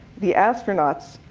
the astronauts,